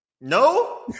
No